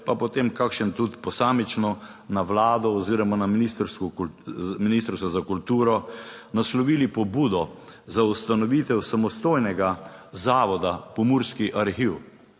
pa potem kakšen tudi posamično, na Vlado oziroma na ministrstvo, Ministrstvo za kulturo naslovili pobudo za ustanovitev samostojnega zavoda Pomurski arhiv.